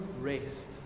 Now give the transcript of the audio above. rest